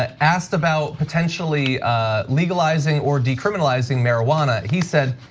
ah asked about potentially legalizing or decriminalizing marijuana. he said,